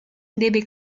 debe